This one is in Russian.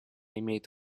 имеет